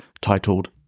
titled